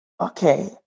Okay